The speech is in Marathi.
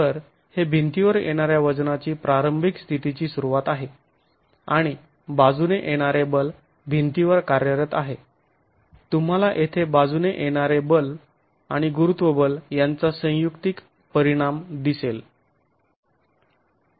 तर हे भिंतीवर येणाऱ्या वजनाची प्रारंभिक स्थितीची सुरुवात आहे आणि बाजूने येणारे बल भिंतीवर कार्यरत आहे तुम्हाला येथे बाजूने येणाऱ्या बल आणि गुरुत्वबल यांचा संयुक्तिक परिणाम दिसेल